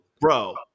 bro